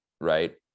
right